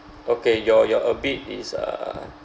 okay your your a bit is uh